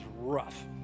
rough